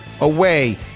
away